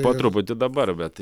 po truputį dabar bet